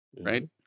right